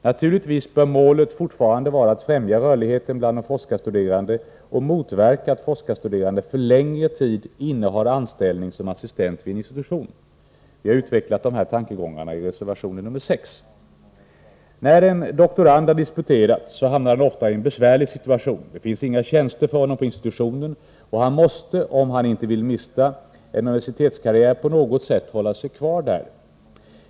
Naturligtvis bör målet fortfarande vara att främja rörlighet bland de forskarstuderande och motverka att forskarstuderande för längre tid innehar anställning som assistent vid en institution. Vi har utvecklat de här tankegångarna i reservation nr 6. När en doktorand har disputerat hamnar han ofta i en besvärlig situation. Det finns inga tjänster för honom på institutionen, och han måste, om han inte vill missa en universitetskarriär, på något sätt hålla sig kvar där.